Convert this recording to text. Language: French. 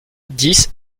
dix